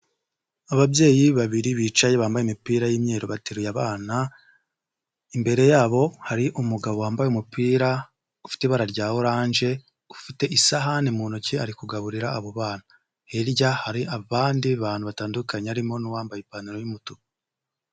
Ababyeyi babiri bicaye bambaye imipira y'umweru bateruye abana imbere yabo hari umugabo wambaye umupira ufite ibara rya orange ufite isahani mu ntoki ari kugaburira abo bana hirya hari abandi bantu batandukanye barimo n'uwambaye ipantaro y'umutuku.